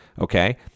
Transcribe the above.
okay